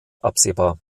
absehbar